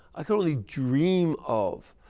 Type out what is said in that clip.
ah could only dream of.